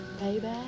baby